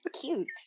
cute